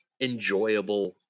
Enjoyable